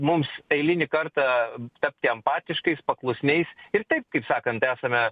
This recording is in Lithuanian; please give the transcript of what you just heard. mums eilinį kartą tapti empatiškais paklusniais ir taip kaip sakant esame